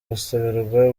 gusabirwa